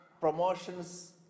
promotions